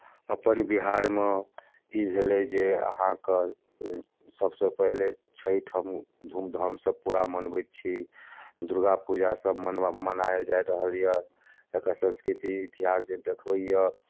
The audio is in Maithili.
अपन बिहारमे ई भेलै जे अहाँके सभसँ पहिले छठि हम धूमधामसँ पूरा मनबैत छी दुर्गा पूजासभ मनवा मनायल जा रहल यए एकर सांस्कृतिक इतिहास जे देखबैए